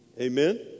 Amen